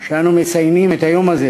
מכך שאנו מציינים את היום הזה